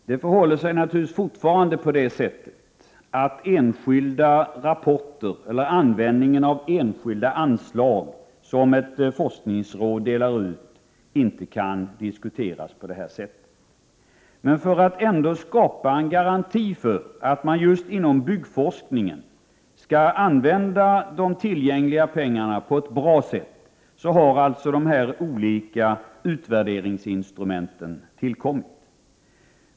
Fru talman! Det förhåller sig naturligtvis fortfarande på det sättet att enskilda rapporter eller användningen av enskilda anslag som ett forskningsråd delar ut inte kan diskuteras på det här sättet. Men för att ändå skapa garantier för att man just inom byggforskningen skall använda de tillgängliga pengarna på ett bra sätt har alltså de olika utvärderingsinstrumenten tillkommit.